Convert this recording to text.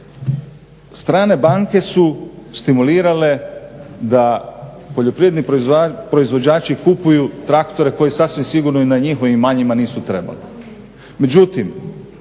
Strane banke su stimulirale da poljoprivredni proizvođači kupuju traktore koji sasvim sigurno i na njihovim imanjima nisu trebala.